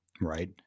right